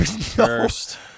first